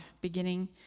beginning